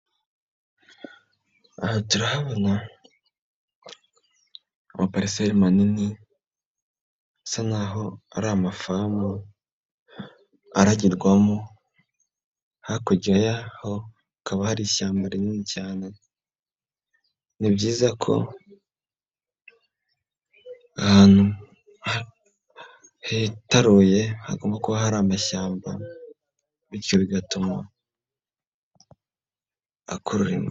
Aha turahabona ama pariseri manini, asa naho ari amafamu aragirwamo. Hakurya yaho hakaba hari ishyamba rinini cyane. Ni byiza ko ahantu hitaruye hagomba kuba hari amashyamba bityo bigatuma akurura imvura.